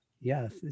Yes